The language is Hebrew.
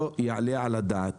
לא יעלה על הדעת